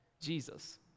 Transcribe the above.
Jesus